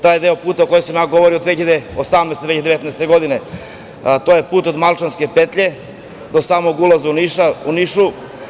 Taj deo puta o kojem sam ja govorio 2018, 2019. godine je put od Malčanske petlje do samog ulaza u Niš.